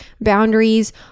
boundaries